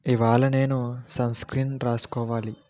ఇవాళ నేను sunscreen రాసుకోవాలి